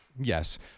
yes